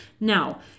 Now